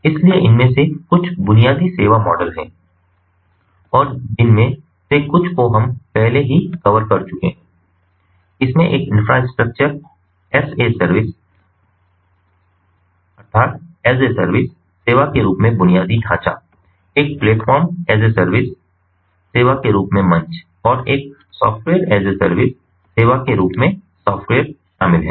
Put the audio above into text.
इसलिए इनमें से कुछ बुनियादी सेवा मॉडल हैं और जिनमें से कुछ को हम पहले ही कवर कर चुके हैं इसमें एक इंफ्रास्ट्रक्चर एस ए सर्विस सेवा के रूप में बुनियादी ढाँचा एक प्लेटफार्म एस ए सर्विस सेवा के रूप में मंच और एक सॉफ़्टवेयर एस ए सर्विस सेवा के रूप में सॉफ़्टवेयर शामिल हैं